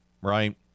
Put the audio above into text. right